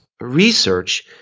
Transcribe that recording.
research